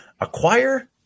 Acquire